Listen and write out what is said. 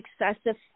excessive